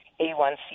A1C